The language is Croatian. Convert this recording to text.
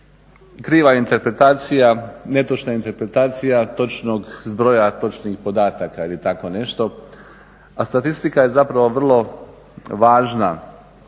kriva interpretacija, netočna interpretacija točnog zbroja točnih podataka ili tako nešto. A statistika je zapravo vrlo važna